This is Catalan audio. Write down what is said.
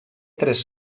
tres